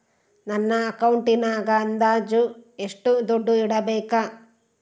ನನ್ನ ಅಕೌಂಟಿನಾಗ ಅಂದಾಜು ಎಷ್ಟು ದುಡ್ಡು ಇಡಬೇಕಾ?